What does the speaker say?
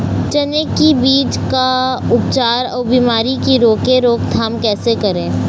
चने की बीज का उपचार अउ बीमारी की रोके रोकथाम कैसे करें?